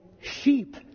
sheep